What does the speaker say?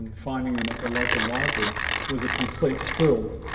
finding them at the local library was a complete thrill